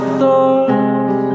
thoughts